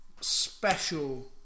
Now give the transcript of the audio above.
special